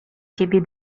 ciebie